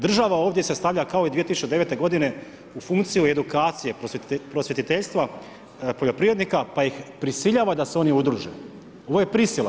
Država ovdje se stavlja kao i 2009. godine u funkciju edukacije prosvjetiteljstva poljoprivrednika pa ih prisiljava da se oni udruže, ovo je prisila.